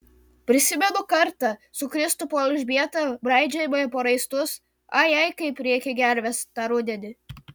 prisimenu kartą su kristupo elžbieta braidžiojome po raistus ai ai kaip rėkė gervės tą rudenį